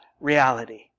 reality